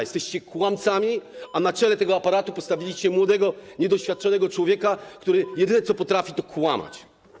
Jesteście kłamcami, a na czele tego aparatu postawiliście młodego, niedoświadczonego człowieka, który jedyne, co potrafi, to kłamać.